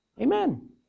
Amen